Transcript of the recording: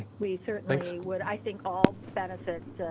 ah we certainly would, i think all benefit to.